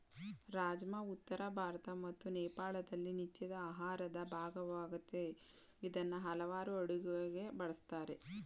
ರಾಜ್ಮಾ ಉತ್ತರ ಭಾರತ ಮತ್ತು ನೇಪಾಳದಲ್ಲಿ ನಿತ್ಯದ ಆಹಾರದ ಭಾಗವಾಗಯ್ತೆ ಇದ್ನ ಹಲವಾರ್ ಅಡುಗೆಗೆ ಬಳುಸ್ತಾರೆ